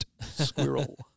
squirrel